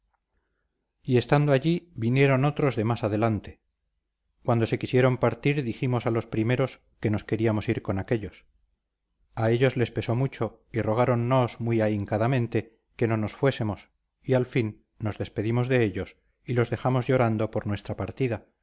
y estando allí vinieron otros de más adelante cuando se quisieron partir dijimos a los primeros que nos queríamos ir con aquéllos a ellos les pesó mucho y rogáronnos muy ahincadamente que no nos fuésemos y al fin nos despedimos de ellos y los dejamos llorando por nuestra partida